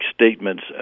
statements